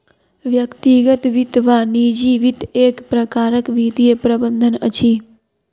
व्यक्तिगत वित्त वा निजी वित्त एक प्रकारक वित्तीय प्रबंधन अछि